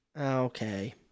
Okay